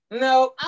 No